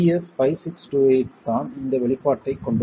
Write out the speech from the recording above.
BS 5628 தான் இந்த வெளிப்பாட்டைக் கொண்டுள்ளது